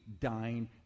dying